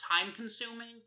time-consuming